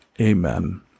amen